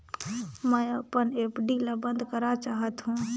मैं अपन एफ.डी ल बंद करा चाहत हों